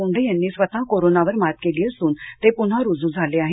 मुंढे यांनी स्वतः कोरोनावर मात केली असून ते पुन्हा रुजू झाले आहेत